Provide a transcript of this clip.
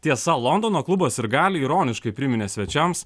tiesa londono klubo sirgaliai ironiškai priminė svečiams